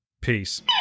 Peace